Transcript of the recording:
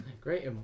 Great